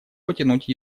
потянуть